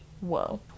whoa